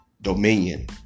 dominion